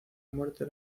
muerte